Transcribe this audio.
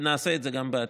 ונעשה את זה גם בעתיד.